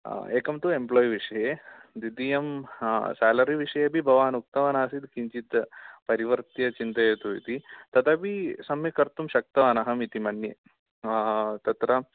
एकं तु एम्प्लोय् विषये द्वितीयं सेलरि विषये अपि भवान् उक्तवानासीत् किञ्चित् परिवर्त्य चिन्तयतु इति तदपि सम्यक् कर्तुं शक्तवानहमिति मन्ये तत्र